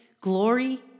glory